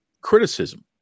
criticism